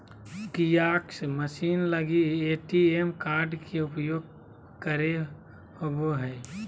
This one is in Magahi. कियाक्स मशीन लगी ए.टी.एम कार्ड के उपयोग करे होबो हइ